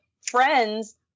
friends